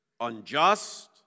unjust